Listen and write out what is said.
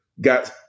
got